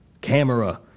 camera